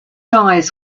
eyes